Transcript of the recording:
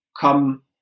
come